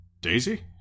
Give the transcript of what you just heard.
Daisy